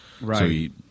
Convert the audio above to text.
right